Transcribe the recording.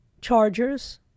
chargers